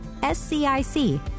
SCIC